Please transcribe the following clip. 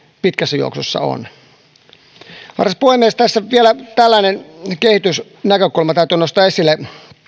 pitkässä juoksussa on arvoisa puhemies tässä vielä tällainen kehitysnäkökulma täytyy nostaa esille